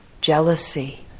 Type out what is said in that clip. jealousy